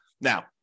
Now